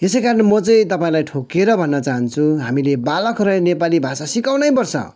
यसै कारणले म चाहिँ तपाईँलाई ठोकेर भन्न चाहन्छु हामीले बालकहरूलाई नेपाली भाषा सिकाउनै पर्छ